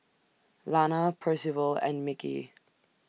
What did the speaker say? Lana Percival and Mickie